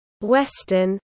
Western